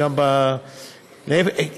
וגם להפך,